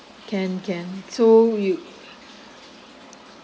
can can so you